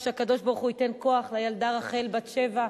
שהקדוש-ברוך-הוא ייתן כוח לילדה רחל, בת השבע,